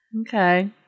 Okay